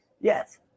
Yes